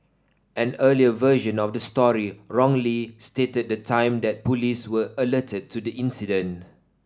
an earlier version of the story wrongly stated the time that police were alerted to the incident